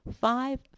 Five